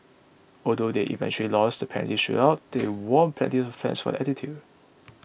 although they eventually lost the penalty shootout they won plenty of fans for their attitude